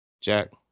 Jack